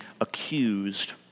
accused